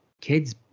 kids